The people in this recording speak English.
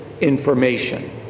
information